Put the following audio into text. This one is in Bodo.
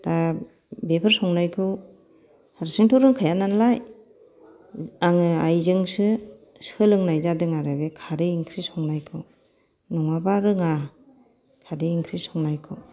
दा बेफोर संनायखौ हारसिंथ' रोंखाया नालाय आङो आइजोंसो सोलोंनाय जादों आरो बे खारै ओंख्रि संनायखौ नङाबा रोङा खारै ओंख्रि संनायखौ